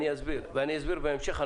אסביר בהמשך.